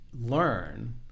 learn